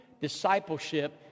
discipleship